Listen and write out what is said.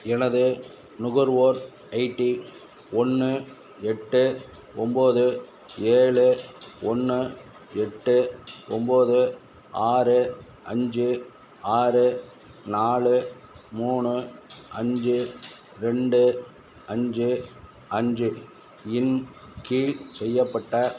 எனது நுகர்வோர் I D ஒன்று எட்டு ஒம்போது ஏழு ஒன்று எட்டு ஒம்போது ஆறு அஞ்சு ஆறு நாலு மூணு அஞ்சு ரெண்டு அஞ்சு அஞ்சு இன் கீழ் செய்யப்பட்ட